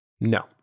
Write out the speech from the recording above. No